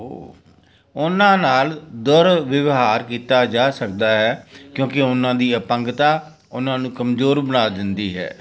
ਉ ਉਹਨਾਂ ਨਾਲ ਦੁਰਵਿਵਹਾਰ ਕੀਤਾ ਜਾ ਸਕਦਾ ਹੈ ਕਿਉਂਕਿ ਉਹਨਾਂ ਦੀ ਅਪੰਗਤਾ ਉਹਨਾਂ ਨੂੰ ਕਮਜ਼ੋਰ ਬਣਾ ਦਿੰਦੀ ਹੈ